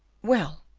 well,